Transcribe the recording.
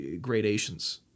gradations